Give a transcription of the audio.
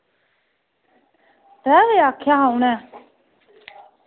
त्रै बजे आक्खेआ हा उ'नें